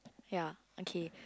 ya okay